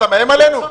מה, אתה מאיים עלינו?